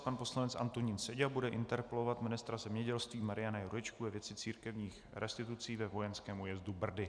Pan poslanec Antonín Seďa bude interpelovat ministra zemědělství Mariana Jurečku ve věci církevních restitucí ve Vojenském újezdu Brdy.